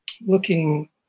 looking